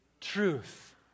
truth